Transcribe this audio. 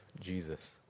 Jesus